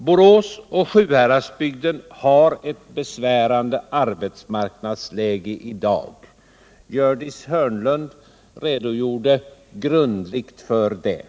Borås och Sjuhäradsbygden har ett besvärande arbetsmarknadsläge i dag. Gördis Hörnlund redogjorde grundligt för detta.